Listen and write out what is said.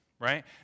right